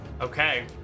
Okay